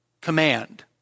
command